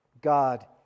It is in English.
God